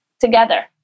together